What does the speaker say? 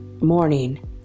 morning